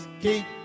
keep